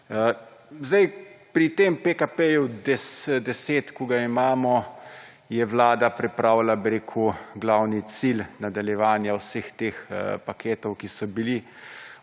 Zdaj, pri tem PKP 10, ko ga imamo, je Vlada pripravila glavni cilj nadaljevanja vseh teh paketov, ki so bili,